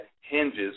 hinges